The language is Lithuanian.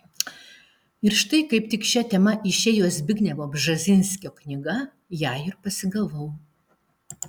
ir štai kaip tik šia tema išėjo zbignevo bžezinskio knyga ją ir pasigavau